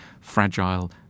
fragile